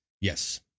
Yes